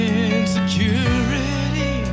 insecurity